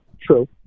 true